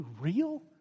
real